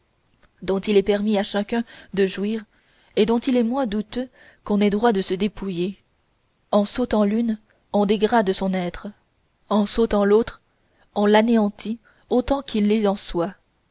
dont il est permis à chacun de jouir et dont il est moins douteux qu'on ait droit de se dépouiller en s'ôtant l'une on dégrade son être en s'ôtant l'autre on l'anéantit autant qu'il est en soi